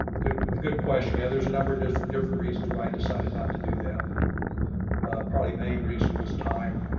good. good question. yeah, there's a number of different different reasons why i decided not to do that, but probably main reason was time